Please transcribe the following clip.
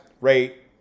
rate